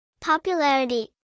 Popularity